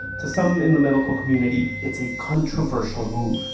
to some in the medical community, it's a controversial move